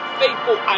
faithful